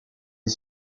est